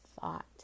thought